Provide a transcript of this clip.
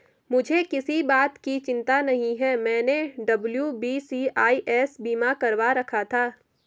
मुझे किसी बात की चिंता नहीं है, मैंने डब्ल्यू.बी.सी.आई.एस बीमा करवा रखा था